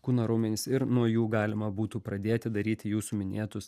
kūno raumenis ir nuo jų galima būtų pradėti daryti jūsų minėtus